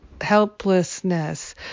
helplessness